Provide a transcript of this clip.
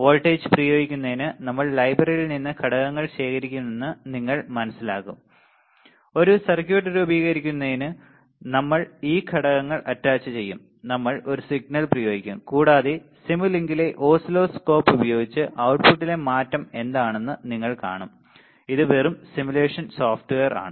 voltage പ്രയോഗിക്കുന്നതിന് നമ്മൾ ലൈബ്രറിയിൽ നിന്ന് ഘടകങ്ങൾ ശേഖരിക്കുമെന്ന് നിങ്ങൾക്കു മനസ്സിലാകും ഒരു സർക്യൂട്ട് രൂപീകരിക്കുന്നതിന് നമ്മൾ ഈ ഘടകങ്ങൾ അറ്റാച്ചുചെയ്യും നമ്മൾ ഒരു സിഗ്നൽ പ്രയോഗിക്കും കൂടാതെ സിമുലിങ്കിലെ ഓസിലോസ്കോപ്പ് ഉപയോഗിച്ച് outputലെ മാറ്റം എന്താണെന്ന് നിങ്ങൾ കാണും ഇത് വെറും സിമുലേഷൻ സോഫ്റ്റ്വെയർ ആണ്